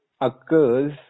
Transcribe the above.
occurs